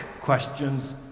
questions